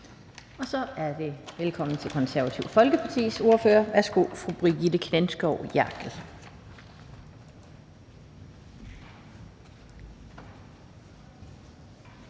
Så siger jeg velkommen til Det Konservative Folkepartis ordfører. Værsgo, fru Brigitte Klintskov Jerkel.